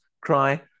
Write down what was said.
cry